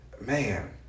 man